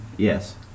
Yes